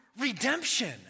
Redemption